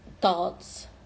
thoughts